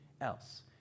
else